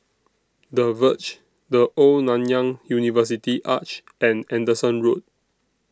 The Verge The Old Nanyang University Arch and Anderson Road